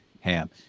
HAM